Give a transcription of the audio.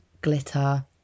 glitter